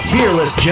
Fearless